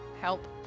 help